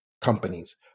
companies